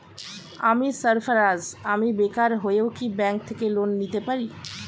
আমি সার্ফারাজ, আমি বেকার হয়েও কি ব্যঙ্ক থেকে লোন নিতে পারি?